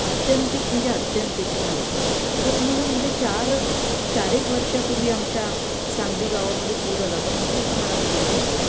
आत्यंतिक म्हणजे आत्यंतिक हाल होतात आता तुम्हाला सांगते चार चार एक वर्षापूर्वी आमच्या सांगली गावामध्ये पूर आला होता मोठ्या प्रमाणात पूर आला होता